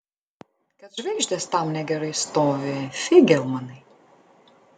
kad žvaigždės tam negerai stovi feigelmanai